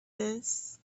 this